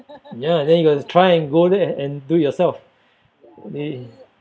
ya then you got to try and go there and do it yourself it